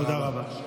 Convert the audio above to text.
תודה רבה.